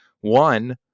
one